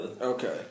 Okay